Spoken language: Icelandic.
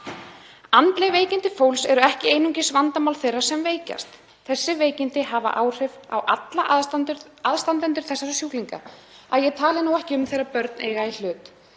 Andleg veikindi fólks eru ekki einungis vandamál þeirra sem veikjast. Þessi veikindi hafa áhrif á alla aðstandendur þessara sjúklinga, að ég tali nú ekki um þegar börn eiga í hlut.